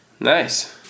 nice